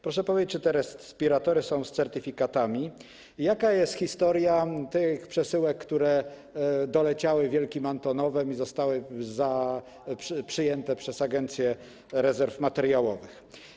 Proszę powiedzieć czy te respiratory są z certyfikatami i jaka jest historia tych przesyłek, które doleciały wielkim Antonowem i zostały przyjęte przez Agencję Rezerw Materiałowych.